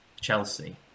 Chelsea